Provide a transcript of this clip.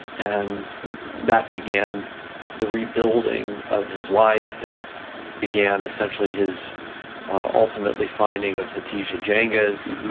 and that began the rebuilding of his life, it began essentially, his ultimately finding of hatice yeah cengiz,